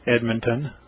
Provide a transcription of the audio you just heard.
Edmonton